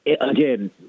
again